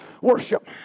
worship